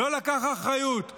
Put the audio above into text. אני אגיד לך, עמית הלוי.